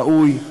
ראוי,